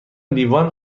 لیوان